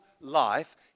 life